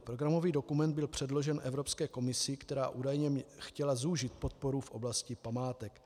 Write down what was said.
Programový dokument byl předložen Evropské komisi, která údajně chtěla zúžit podporu v oblasti památek.